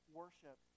worship